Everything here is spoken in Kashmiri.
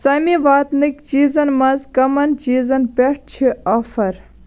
ژَمہِ واتنٕکۍ چیٖزن مَنٛز کَمَن چیٖزن پٮ۪ٹھ چھِ آفر